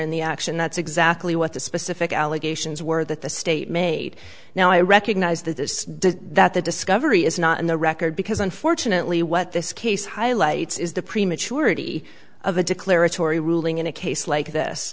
in the action that's exactly what the specific allegations were that the state made now i recognize that this does that the discovery is not in the record because unfortunately what this case highlights is the prematurity of a declaratory ruling in a case like this